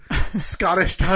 Scottish